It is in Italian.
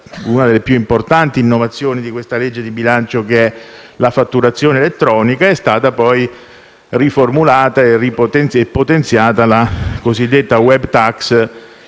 una delle più importanti innovazioni di questo disegno di legge di bilancio: la fatturazione elettronica. È stata poi riformulata e potenziata la cosiddetta *web tax*,